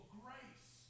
grace